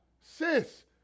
sis